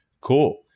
Cool